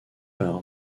par